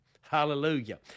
Hallelujah